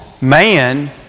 man